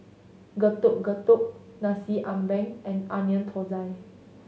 Getuk Getuk Nasi Ambeng and Onion Thosai